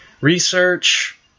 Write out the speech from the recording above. Research